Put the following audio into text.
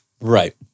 Right